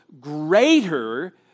greater